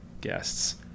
guests